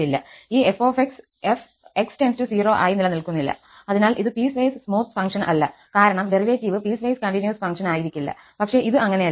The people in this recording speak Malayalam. ഈ f ′ x → 0 ആയി നിലനിൽക്കുന്നില്ല അതിനാൽ ഇത് പീസ്വൈസ് സ്മൂത്ത് ഫംഗ്ഷൻ അല്ല കാരണം ഡെറിവേറ്റീവ് പീസ്വൈസ് കണ്ടിന്യൂസ് ഫംഗ്ഷൻ ആയിരിക്കില്ല പക്ഷേ ഇത് അങ്ങനെയല്ല